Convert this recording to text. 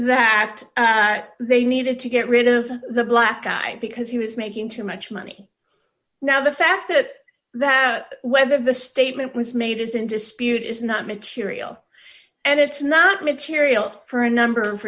that they needed to get rid of the black guy because he was making too much money now the fact that that whether the statement was made is in dispute is not material and it's not material for a number of